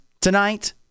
tonight